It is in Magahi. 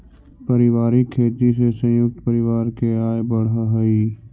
पारिवारिक खेती से संयुक्त परिवार के आय बढ़ऽ हई